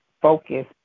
focus